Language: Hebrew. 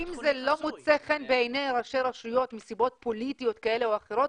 אם זה לא מוצא חן בעיני ראשי רשויות מסיבות פוליטיות כאלה או אחרות,